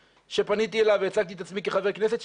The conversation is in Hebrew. שפניתי אליו והצגתי את עצמי כחבר כנסת,